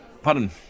Pardon